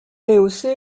rehaussée